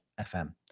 FM